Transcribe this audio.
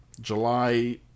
July